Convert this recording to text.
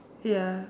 ya